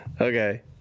Okay